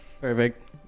Perfect